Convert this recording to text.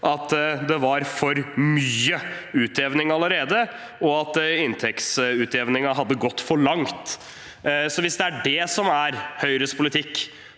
at det var for mye utjevning allerede, og at inntektsutjevningen hadde gått for langt. Hvis det er det som er Høyres politikk,